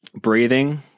breathing